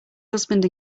husband